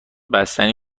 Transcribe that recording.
بستنی